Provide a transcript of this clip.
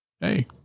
Hey